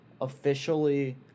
officially